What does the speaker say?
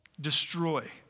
destroy